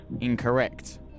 Incorrect